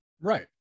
Right